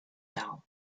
down